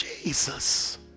Jesus